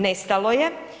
Nestalo je.